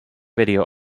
video